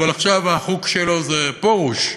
אבל עכשיו האחוק שלו זה פרוש.